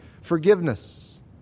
forgiveness